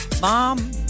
mom